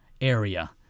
area